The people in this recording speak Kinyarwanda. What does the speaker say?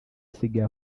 asigaye